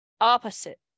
opposite